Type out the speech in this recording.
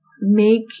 make